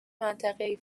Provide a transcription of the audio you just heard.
منطقهای